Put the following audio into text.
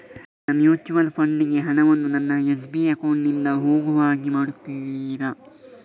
ನನ್ನ mutual fund ಗೆ ಹಣ ವನ್ನು ನನ್ನ ಎಸ್.ಬಿ ಅಕೌಂಟ್ ನಿಂದ ಹೋಗು ಹಾಗೆ ಮಾಡಿಕೊಡುತ್ತೀರಾ?